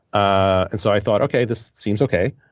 and so i thought, okay, this seems okay.